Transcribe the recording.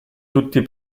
tutti